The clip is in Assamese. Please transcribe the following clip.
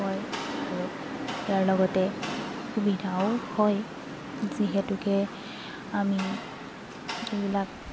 হয় আৰু ইয়াৰ লগতে সুবিধাও হয় যিহেতুকে আমি এইবিলাক